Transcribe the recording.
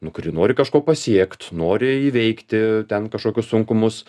nu kuri nori kažko pasiekt nori įveikti ten kažkokius sunkumus